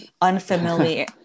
Unfamiliar